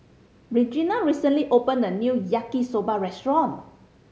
Regena recently opened a new Yaki Soba restaurant